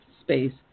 space